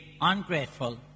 ungrateful